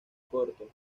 corto